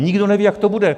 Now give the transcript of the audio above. Nikdo neví, jak to bude.